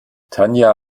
tanja